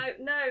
no